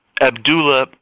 Abdullah